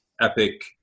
epic